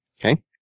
Okay